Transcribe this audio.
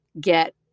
get